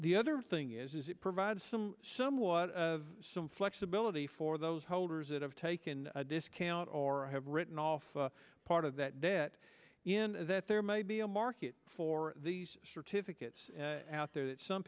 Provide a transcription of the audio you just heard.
the other thing is it provides some somewhat some flexibility for those holders that have taken a discount or have written off part of that debt in that there may be a market for these certificates out there that some